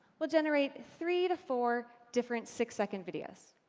we'll generate three to four different six-second videos.